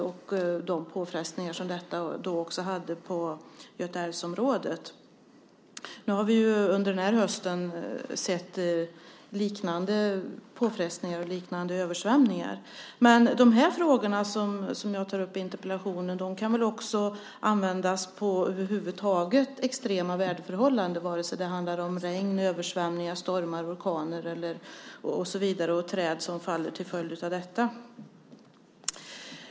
Det hade också påfrestningar på området vid Göta älv. Nu har vi under den här hösten sett liknande påfrestningar och liknande översvämningar. De frågor jag tar upp i interpellationen gäller extrema väderförhållanden över huvud taget vare sig det handlar om regn, översvämningar, stormar, orkaner och så vidare eller det handlar om träd som faller till följd av detta.